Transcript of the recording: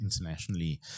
internationally